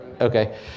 Okay